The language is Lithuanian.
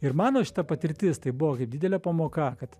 ir mano šita patirtis tai buvo kaip didelė pamoka kad